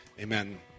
Amen